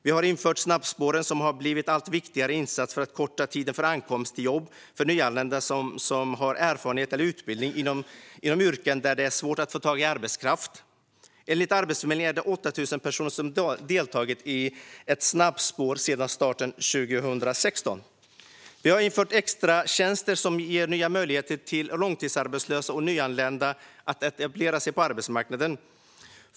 Vi har infört snabbspåren, som har blivit en allt viktigare insats för att korta tiden från ankomst till jobb för nyanlända som har erfarenhet eller utbildning inom yrken där det är svårt att få tag i arbetskraft. Enligt Arbetsförmedlingen har 8 000 personer deltagit i ett snabbspår sedan starten 2016. Vi har infört extratjänster, som ger nya möjligheter för långtidsarbetslösa och nyanlända att etablera sig på arbetsmarknaden.